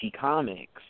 Comics